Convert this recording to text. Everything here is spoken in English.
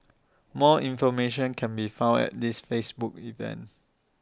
more information can be found at this Facebook event